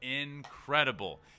incredible